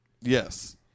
Yes